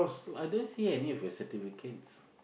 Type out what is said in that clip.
oh I don't see any of your certificate